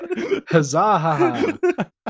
Huzzah